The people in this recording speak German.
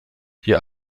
hier